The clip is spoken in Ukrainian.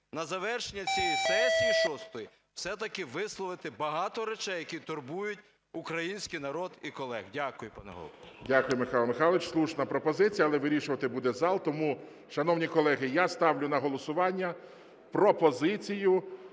на завершення цієї сесії шостої все-таки висловити багато речей, які турбують український народ і колег. Дякую, пане Голово. ГОЛОВУЮЧИЙ. Дякую, Михайло Михайлович. Слушна пропозиція, але вирішувати буде зал. Тому, шановні колеги, я ставлю на голосування пропозицію